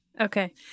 Okay